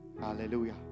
Hallelujah